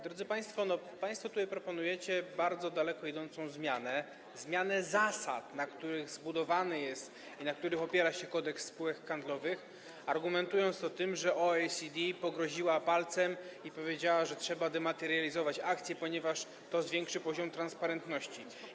Drodzy państwo, państwo tutaj proponujecie bardzo daleko idącą zmianę, zmianę zasad, na których zbudowany jest i na których opiera się Kodeks spółek handlowych, argumentując to tym, że OECD pogroziło palcem i powiedziało, że trzeba dematerializować akcje, ponieważ to zwiększy poziom transparentności.